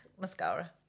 Mascara